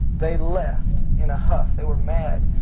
they left in a huff. they were mad.